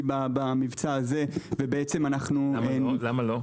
במבצע הזה ובעצם אנחנו- -- למה לא?